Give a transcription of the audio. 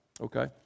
okay